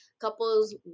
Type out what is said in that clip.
Couples